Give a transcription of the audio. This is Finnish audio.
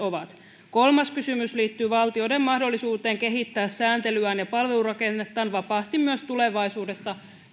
kolmas kysymys liittyy valtioiden mahdollisuuteen kehittää sääntelyään ja palvelurakennettaan vapaasti myös tulevaisuudessa